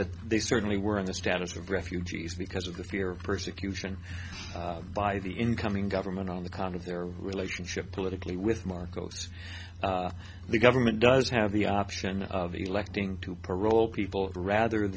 that they certainly were in the status of refugees because of the fear of persecution by the incoming government on the conduct their relationship politically with marcos the government does have the option of electing to parole people rather than